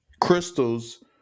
Crystals